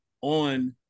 on